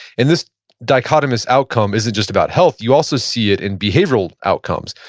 and this dichotomous outcome isn't just about health. you also see it in behavioral outcomes,